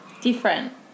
different